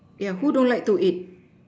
yeah who don't like to eat